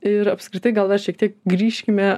ir apskritai gal dar šiek tiek grįžkime